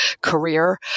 career